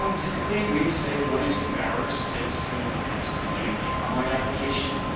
um typically we say one to two hours if a student is completing the online application,